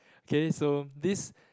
K so this